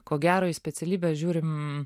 ko gero į specialybę žiūrim